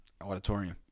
Auditorium